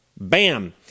Bam